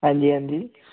ਹਾਂਜੀ ਹਾਂਜੀ